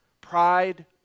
pride